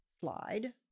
slide